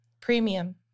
Premium